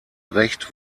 recht